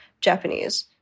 Japanese